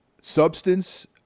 substance